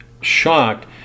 shocked